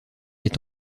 est